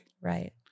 Right